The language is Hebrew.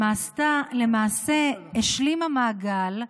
למעשה השלימה מעגל,